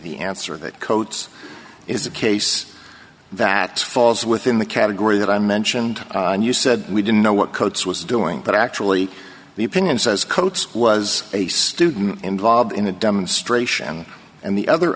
the answer that codes is a case that falls within the category that i mentioned and you said we didn't know what coach was doing but actually the opinion says coke's was a student involved in the demonstration and the other